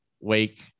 Wake